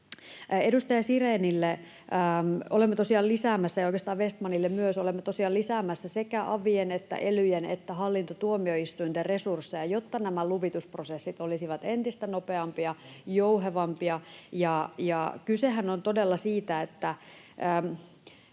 Edustaja Sirénille ja oikeastaan Vestmanille myös: Olemme tosiaan lisäämässä sekä avien että elyjen että hallintotuomioistuinten resursseja, jotta nämä luvitusprosessit olisivat entistä nopeampia ja jouhevampia. Kysehän on todella siitä...